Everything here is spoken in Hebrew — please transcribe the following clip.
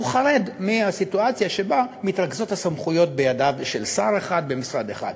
הוא חרד מהסיטואציה שבה מתרכזות הסמכויות בידיו של שר אחד במשרד אחד.